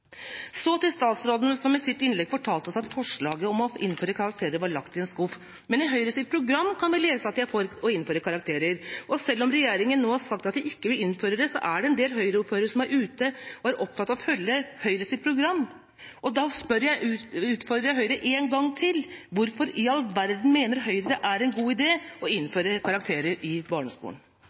Så til statsråden, som i sitt innlegg fortalte oss at forslaget om å innføre karakterer var lagt i en skuff. Men i Høyres program kan vi lese at de er for å innføre karakterer, og selv om regjeringa nå har sagt at de ikke vil innføre det, så er det en del Høyre-ordførere som er opptatt av å følge Høyres program. Da utfordrer jeg Høyre en gang til: Hvorfor i all verden mener Høyre det er en god idé å innføre karakterer i barneskolen?